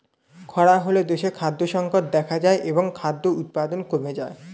খরা হলে দেশে খাদ্য সংকট দেখা যায় এবং খাদ্য উৎপাদন কমে যায়